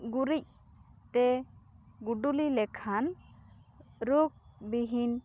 ᱜᱩᱨᱤᱡ ᱛᱮ ᱜᱩᱰᱩᱞᱤ ᱞᱮᱠᱷᱟᱱ ᱨᱚᱜᱽ ᱵᱤᱦᱤᱱ